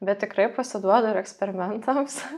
bet tikrai pasiduodu ir eksperimentams